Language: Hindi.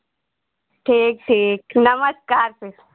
ठीक ठीक नमस्कार फिर